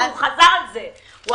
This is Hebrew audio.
הוא חזר על זה,